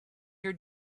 your